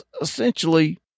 essentially